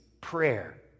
prayer